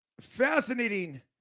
fascinating